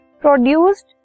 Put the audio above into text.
Produced